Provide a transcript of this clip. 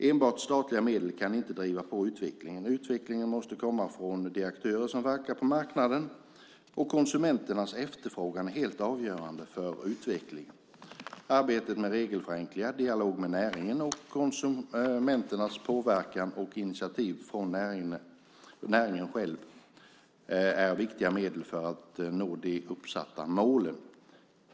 Enbart statliga medel kan inte driva på utvecklingen. Utvecklingen måste komma från de aktörer som verkar på marknaden, och konsumenternas efterfrågan är helt avgörande för utvecklingen. Arbetet med regelförenklingar, dialog med näringen, konsumenternas påverkan och initiativ från näringen själv är viktiga medel för att nå de uppsatta målen.